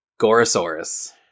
Gorosaurus